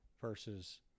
versus